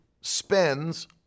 spends